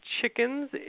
chickens